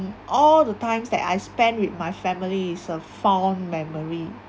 all the times that I spend with my family is a fond memory